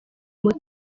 muto